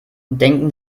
denken